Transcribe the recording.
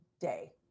day